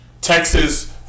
Texas